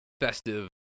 festive